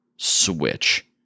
switch